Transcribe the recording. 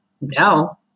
No